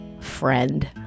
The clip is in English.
friend